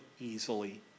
easily